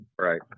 Right